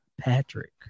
Patrick